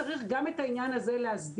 צריך גם את העניין הזה להסדיר,